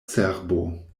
cerbo